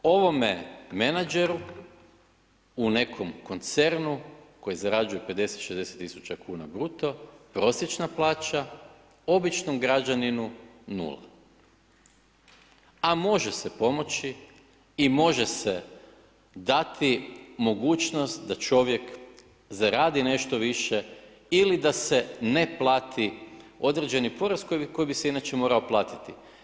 Ovome menadžeru u nekom koncernu koji zarađuje 50, 60 tisuća kuna bruto prosječna kuna, običnom građaninu 0. A može se pomoći i može se dati mogućnost da čovjek zaradi nešto više ili da se ne plati određeni porast koji bi se inače morao platiti.